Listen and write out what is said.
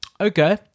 Okay